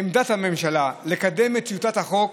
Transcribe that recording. עמדת הממשלה היא לקדם את טיוטת החוק